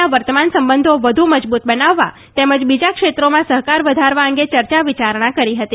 ના વર્તમાન સંબંધો વધુ મજબૂત બનાવવા તેમજ બીજા ક્ષેત્રોમાં સહકાર વધારવા અંગે ચર્ચા વિચારણા કરી હતી